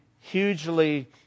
hugely